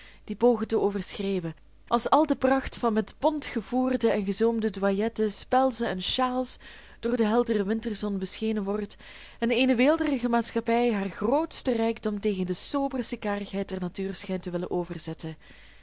die pogen te overschreeuwen als al de pracht van met bont gevoerde en gezoomde douillettes pelzen en sjaals door de heldere winterzon beschenen wordt en eene weelderige maatschappij haar grootsten rijkdom tegen de soberste karigheid der natuur schijnt te willen over